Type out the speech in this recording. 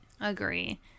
Agree